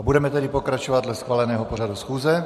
Budeme tedy pokračovat dle schváleného pořadu schůze.